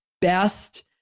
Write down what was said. best